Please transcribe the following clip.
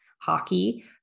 Hockey